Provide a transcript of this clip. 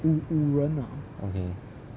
okay